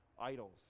idols